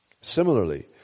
Similarly